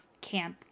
camp